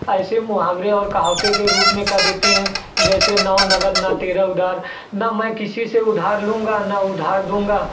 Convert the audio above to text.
ऐसे मुहावरे और कहावते के रूप में कर देते हैं जैसे नौ नगद ना तेरह उधार न मैं किसी से उधार लूँगा न उधार दूँगा